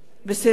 תודה רבה.